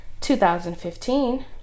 2015